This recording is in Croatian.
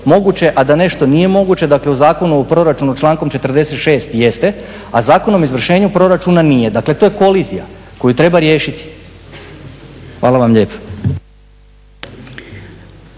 moguće, a da nešto nije moguće, dakle u Zakonu o proračunu, člankom 46. jeste, a Zakon o izvršenju proračuna nije. Dakle, to je kolizija koju treba riješiti. Hvala vam lijepo.